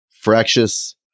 fractious